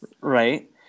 Right